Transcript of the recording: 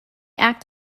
act